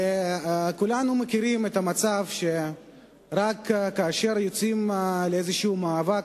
כולנו מכירים את המצב שרק כאשר יוצאים לאיזה מאבק,